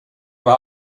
war